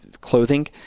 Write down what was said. clothing